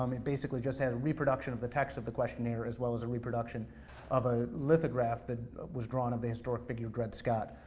um it basically just had a reproduction of the text of the questionnaire, as well as a reproduction of a lithograph that was drawn of the historic figure dred scott,